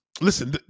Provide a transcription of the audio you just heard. Listen